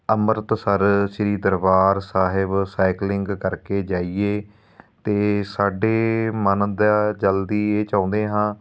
Amritsar Shri Darbar Sahib cycling ਕਰਕੇ ਜਾਈਏ ਅਤੇ ਸਾਡੇ ਮਨ ਦਾ ਜਲਦੀ ਇਹ ਚਾਹੁੰਦੇ ਹਾਂ